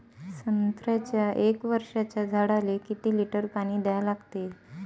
संत्र्याच्या एक वर्षाच्या झाडाले किती लिटर पाणी द्या लागते?